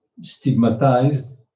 stigmatized